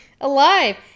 alive